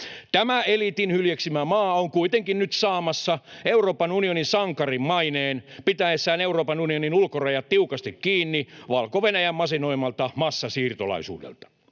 tämä eliitin hyljeksimä maa, on kuitenkin nyt saamassa Euroopan unionin sankarin maineen pitäessään Euroopan unionin ulkorajat tiukasti kiinni Valko-Venäjän masinoimalta massasiirtolaisuudelta.